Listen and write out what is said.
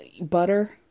butter